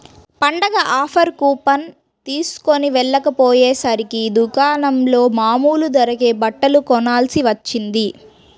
పండగ offer coupon తీస్కొని వెళ్ళకపొయ్యేసరికి దుకాణంలో మామూలు ధరకే బట్టలు కొనాల్సి వచ్చింది